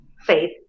faith